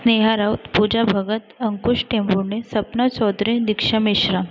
Sneha Raut Pooja Bhagat Ankush Tembhune Sapna Sodre Diksha Meshram